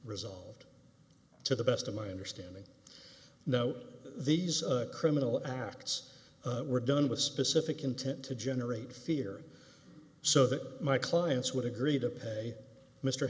resolved to the best of my understanding no these criminal acts were done with specific intent to generate fear so that my clients would agree to pay mr